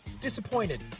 disappointed